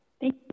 Thank